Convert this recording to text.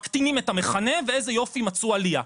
מקטינים את המכנה ואיזה יופי מצאו עלייה,